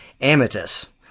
Amethyst